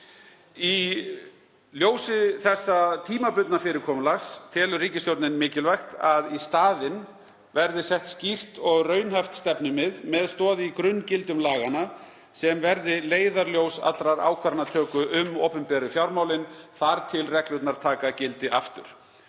Í ljósi þessa tímabundna fyrirkomulags telur ríkisstjórnin mikilvægt að í staðinn verði sett skýrt og raunhæft stefnumið með stoð í grunngildum laganna, sem verði leiðarljós allrar ákvarðanatöku um opinberu fjármálin þar til reglurnar taka gildi aftur: